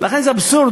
לכן זה אבסורד.